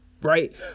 right